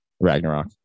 Ragnarok